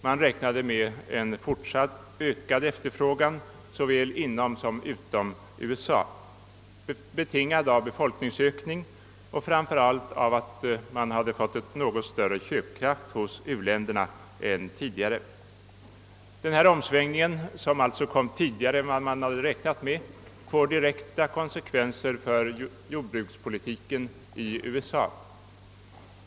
Man räknade med en fortsatt ökad efterfrågan såväl inom som utom USA, betingad av befolkningsökning och framför allt av att u-länderna hade fått något större köpkraft än tidigare. Denna omsvängning, som kom tidigare än väntat, får direkta konsekvenser för jordbrukspolitiken i USA.